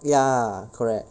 ya correct